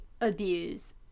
abuse